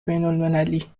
بینالمللی